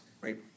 right